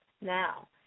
Now